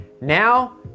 now